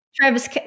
Travis